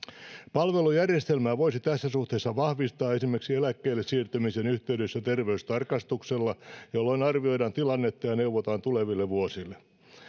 palvelujärjestelmää voisi tässä suhteessa vahvistaa esimerkiksi eläkkeelle siirtymisen yhteydessä terveystarkastuksella jolloin arvioidaan tilannetta ja neuvotaan tuleville vuosille